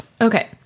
okay